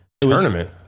Tournament